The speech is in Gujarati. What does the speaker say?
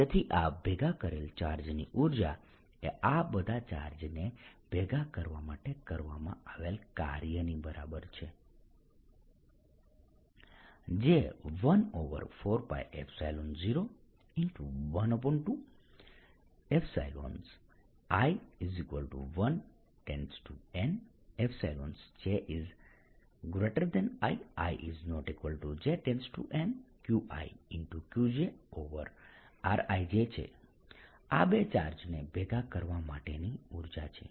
તેથી આ ભેગા કરેલ ચાર્જની ઊર્જા એ આ બધા ચાર્જને ભેગા કરવા માટે કરવામાં આવેલા કાર્યની બરાબર છે જે14π012i1 Nji i≠j NQi Qjri jછે આ બે ચાર્જને ભેગા કરવા માટેની ઊર્જા છે